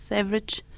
average